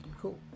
cool